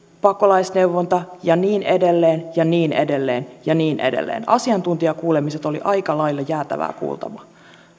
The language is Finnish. pakolaisneuvonta ja niin edelleen ja niin edelleen ja niin edelleen asiantuntijakuulemiset olivat aika lailla jäätävää kuultavaa